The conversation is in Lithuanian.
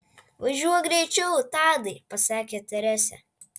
važiuok greičiau tadai pasakė teresė